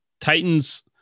Titans